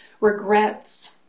regrets